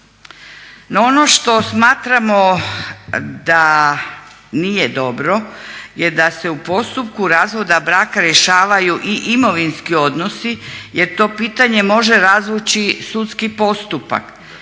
ono što smatramo da nije dobro je da se u postupku razvoda braka rješavaju i imovinski odnosi jer to pitanje može razvući sudski postupak.